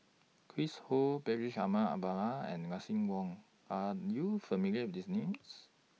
Chris Ho Bashir Ahmad Mallal and Lucien Wang Are YOU familiar with These Names